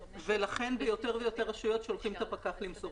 לכן יותר רשויות שולחות את הפקח למסור אישית.